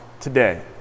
today